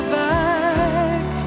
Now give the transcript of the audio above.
back